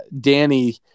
Danny